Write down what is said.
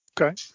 Okay